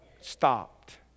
stopped